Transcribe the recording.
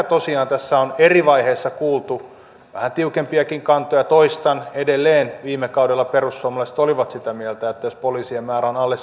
tosiaan tässä on eri vaiheissa kuultu vähän tiukempiakin kantoja ja toistan edelleen viime kaudella perussuomalaiset olivat sitä mieltä että jos poliisien määrä on alle